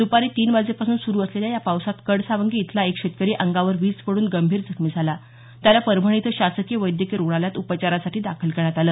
दुपारी तीन वाजेपासून सुरु असलेल्या या पावसात कडसावंगी इथला एक शेतकरी अंगावर वीज पडून गंभीर जखमी झाला त्याला परभणी इथं शासकीय वैद्यकीय रुग्णालयात उपचारासाठी दाखल करण्यात आल